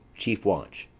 chief watch.